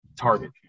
target